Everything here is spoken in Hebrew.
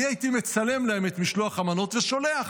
אני הייתי מצלם להם את משלוח המנות ושולח.